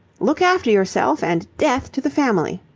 look after yourself and death to the family